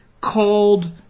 called